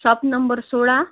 shop number सोळा